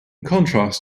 contrast